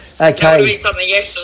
Okay